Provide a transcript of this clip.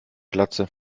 glatze